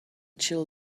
chill